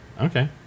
Okay